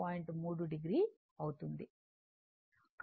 3 o అవుతుంది